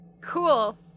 Cool